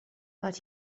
but